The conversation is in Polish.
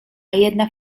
jednak